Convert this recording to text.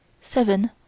seven